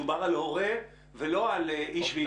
מדובר על הורה ולא על איש ואשה.